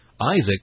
Isaac